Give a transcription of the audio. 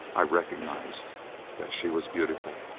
i recognized that she was beautiful.